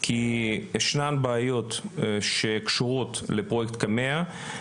כי ישנן בעיות שקשורות לפרוייקט קמ"ע,